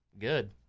Good